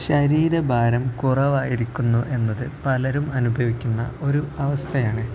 ശരീരഭാരം കുറവായിരിക്കുന്നുവെന്നത് പലരും അനുഭവിക്കുന്ന ഒരു അവസ്ഥയാണ്